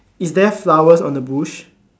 is there flowers on the bush